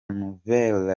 nouvelle